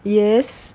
yes